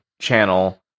channel